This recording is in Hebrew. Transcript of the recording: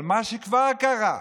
אבל מה שכבר קרה,